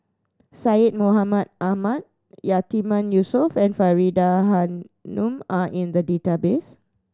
Syed Mohamed Ahmed Yatiman Yusof and Faridah Hanum are in the database